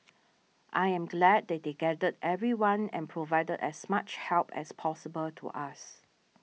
I am glad that they gathered everyone and provided as much help as possible to us